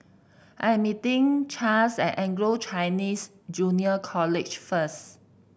I am meeting Chas at Anglo Chinese Junior College first